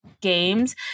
games